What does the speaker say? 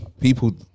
people